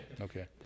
Okay